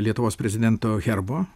lietuvos prezidento herbo